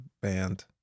band